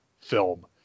film